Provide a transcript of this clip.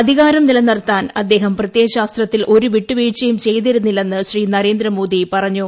അധികാരം നിലനിർത്താൻ പ്രത്യയശാസ്ത്രത്തിൽ ഒരു വിട്ട്വീഴ്ചയും ചെയ്തിരുന്നില്ലെന്ന് ശ്രീ നരേന്ദ്രമോദി പറഞ്ഞു